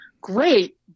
great